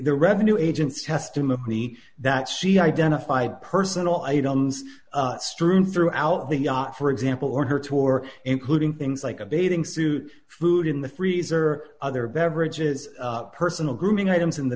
the revenue agency testimony that she identified personal items strewn throughout the yacht for example or her to or including things like a bathing suit food in the freezer other beverages personal grooming items in the